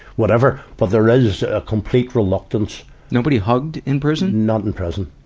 whatever, but there is a complete reluctance nobody hugged in prison? not in prison,